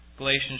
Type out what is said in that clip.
Galatians